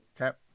Okay